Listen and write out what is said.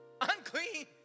unclean